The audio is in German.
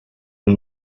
nur